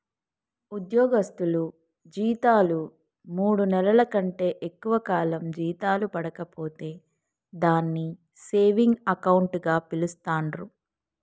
ఉద్యోగస్తులు జీతాలు మూడు నెలల కంటే ఎక్కువ కాలం జీతాలు పడక పోతే దాన్ని సేవింగ్ అకౌంట్ గా పిలుస్తాండ్రు